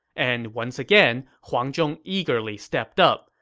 and once again, huang zhong eagerly stepped up,